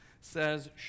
says